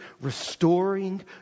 restoring